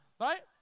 right